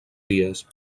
dies